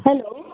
hello